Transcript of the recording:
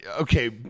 Okay